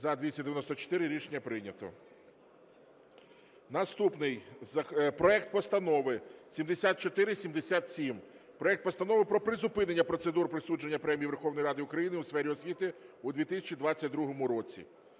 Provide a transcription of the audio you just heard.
За-294 Рішення прийнято. Наступний. Проект Постанови 7477. Проект Постанови про призупинення процедур присудження премій Верховної Ради України у сфері освіти у 2022 році.